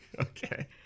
Okay